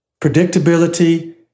predictability